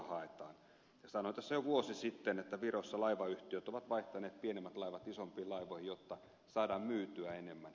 sanoin tässä jo vuosi sitten että virossa laivayhtiöt ovat vaihtaneet pienemmät laivat isompiin laivoihin jotta saadaan myytyä enemmän